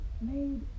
made